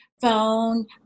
phone